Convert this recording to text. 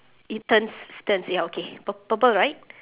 it turns turns ya okay pur~ purple right